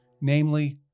namely